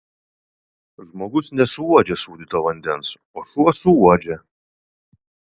žmogus nesuuodžia sūdyto vandens o šuo suuodžia